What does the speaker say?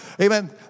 Amen